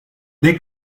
they